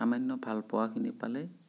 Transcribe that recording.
সামান্য ভালপোৱাখিনি পালেই